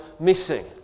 missing